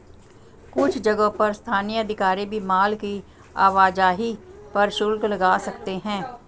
कुछ जगहों पर स्थानीय अधिकारी भी माल की आवाजाही पर शुल्क लगा सकते हैं